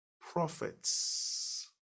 prophets